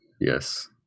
yes